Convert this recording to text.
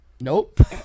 nope